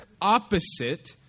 opposite